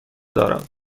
دارم